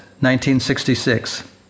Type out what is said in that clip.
1966